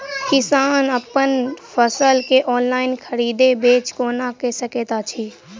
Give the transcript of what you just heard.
किसान अप्पन फसल केँ ऑनलाइन खरीदै बेच केना कऽ सकैत अछि?